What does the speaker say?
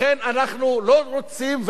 לכן אנחנו לא רוצים,